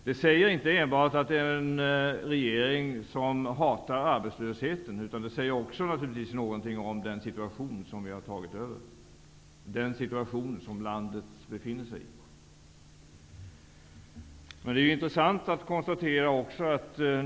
Det säger inte enbart att det är en regering som hatar arbetslösheten, utan naturligtvis också något om den situation som vi har tagit över och som landet befinner sig i. Men det är också intressant att göra ett annat konstaterande.